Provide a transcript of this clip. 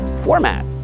format